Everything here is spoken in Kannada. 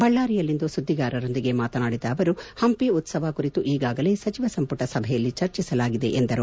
ಬಳ್ಳಾರಿಯಲ್ಲಿಂದು ಸುದ್ದಿಗಾರರೊಂದಿಗೆ ಮಾತನಾಡಿದ ಅವರು ಪಂಪಿ ಉತ್ಸವ ಕುರಿತು ಈಗಾಗಲೇ ಸಚಿವ ಸಂಪುಟ ಸಭೆಯಲ್ಲಿ ಚರ್ಚೆ ಮಾಡಲಾಗಿದೆ ಎಂದರು